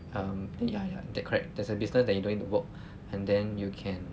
um ya ya that correct there's a business that you don't need to work and then you can